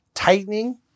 Tightening